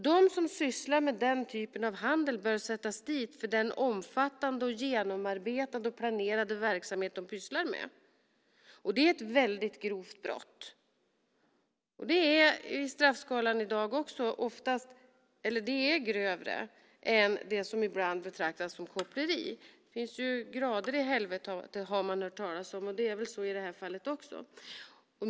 De som sysslar med den typen av handel bör sättas dit för den omfattande och genomarbetade och planerade verksamhet de pysslar med. Det är ett väldigt grovt brott. Det är i straffskalan i dag grövre än det som ibland betraktas som koppleri. Det finns ju grader i helvetet, har man hört talas om. Det är väl så i det här fallet också.